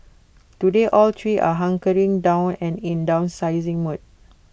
today all three are hunkering down and in downsizing mode